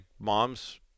mom's